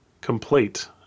complete